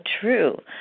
true